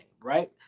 Right